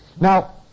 Now